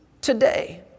today